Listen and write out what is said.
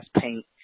paint